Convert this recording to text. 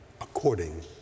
according